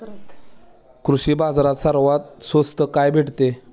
कृषी बाजारात सर्वात स्वस्त काय भेटते?